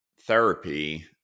therapy